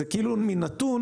זה כאילו מין נתון